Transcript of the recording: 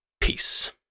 Peace